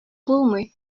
булмый